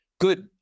good